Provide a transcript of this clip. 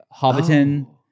Hobbiton